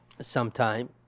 sometime